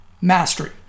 mastery